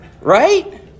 Right